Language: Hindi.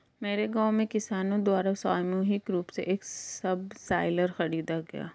मेरे गांव में किसानो द्वारा सामूहिक रूप से एक सबसॉइलर खरीदा गया